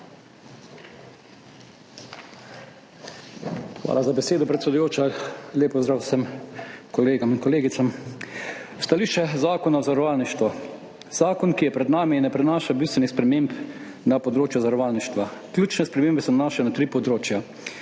Hvala za besedo, predsedujoča. Lep pozdrav vsem kolegom in kolegicam! Stališče o zakonu o zavarovalništvu. Zakon, ki je pred nami, ne prinaša bistvenih sprememb na področju zavarovalništva. Ključne spremembe se nanašajo na tri področja.